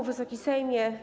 Wysoki Sejmie!